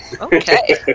Okay